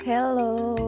Hello